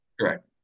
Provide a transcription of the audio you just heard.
Correct